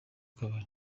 kabari